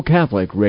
Catholic